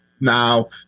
now